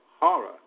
horror